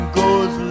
goes